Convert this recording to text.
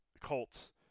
Colts